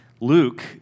Luke